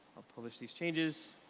i'll publish these changes.